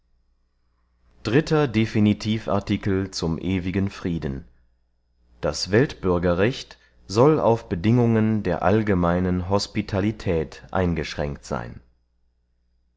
dritter definitivartikel zum ewigen frieden das weltbürgerrecht soll auf bedingungen der allgemeinen hospitalität eingeschränkt seyn